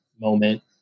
moment